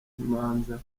n’imanza